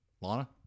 Lana